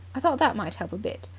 i thought that might help a bit.